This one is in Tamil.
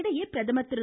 இதனிடையே பிரதமர் திரு